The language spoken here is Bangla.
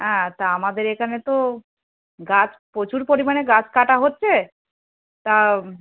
তা আমাদের এখানে তো গাছ প্রচুর পরিমাণে তো গাছ কাটা হচ্ছে তা